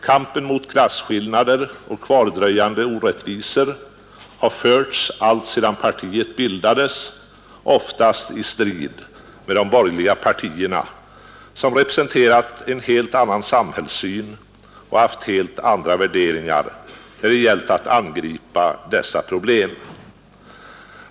Kampen mot klasskillnader och kvardröjande orättvisor har förts alltsedan partiet bildades, oftast i strid med de borgerliga partierna som representerat en helt annan samhällssyn och haft helt andra värderingar när det gällt att angripa dessa problem.